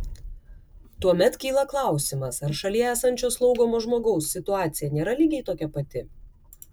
tuomet kyla klausimas ar šalie esančio slaugomo žmogaus situacija nėra lygiai tokia pati